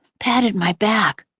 patted my back.